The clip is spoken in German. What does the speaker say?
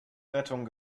rettung